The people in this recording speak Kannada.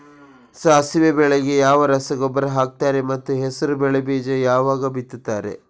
ಸಾಸಿವೆ ಬೆಳೆಗೆ ಯಾವ ರಸಗೊಬ್ಬರ ಹಾಕ್ತಾರೆ ಮತ್ತು ಹೆಸರುಬೇಳೆ ಬೀಜ ಯಾವಾಗ ಬಿತ್ತುತ್ತಾರೆ?